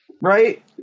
Right